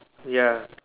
ya